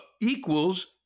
Equals